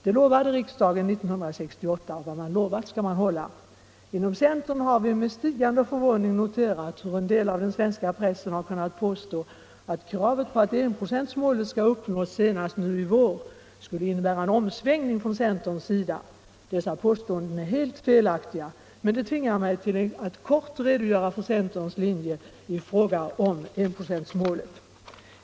Det lovade riksdagen 1968, och vad man lovat skall man hålla. Inom centern har vi med stigande förvåning noterat hur en del av den svenska pressen kunnat påstå att kravet på att enprocentsmålet skall uppnås senast nu i vår skulle innebära en omsvängning från centerns sida. Dessa påståenden är helt felaktiga men tvingar mig att kort redogöra för centerns linje i fråga om enprocentsmålet.